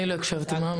אני לא הקשבתי, מה אמרת?